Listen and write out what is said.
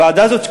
הוועדה הזאת,